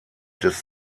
des